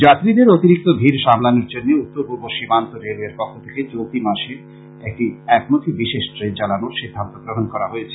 যাত্রীদের অতিরিক্ত ভীড় সামলানোর জন্য উত্তরপূর্ব সীমান্ত রেলওয়ের পক্ষ থেকে চলতি মাসে কয়েকটি একমুখী বিশেষ ট্রেন চালানোর সিদ্ধান্ত গ্রহণ করা হয়েছে